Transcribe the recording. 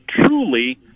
truly